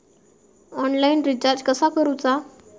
Online recharge कसा करूचा?